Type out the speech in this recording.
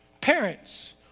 Parents